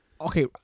Okay